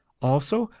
also,